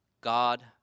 God